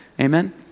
amen